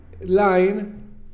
line